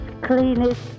cleanest